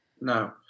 No